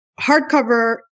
hardcover